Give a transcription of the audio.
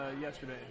yesterday